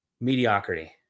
mediocrity